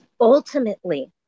ultimately